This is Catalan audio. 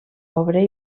obrer